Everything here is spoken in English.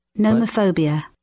Nomophobia